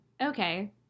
okay